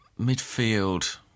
midfield